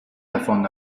davon